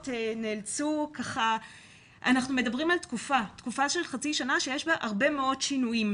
אנחנו מדברים על תקופה של חצי שנה שיש בה הרבה מאוד שינויים.